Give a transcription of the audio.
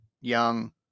Young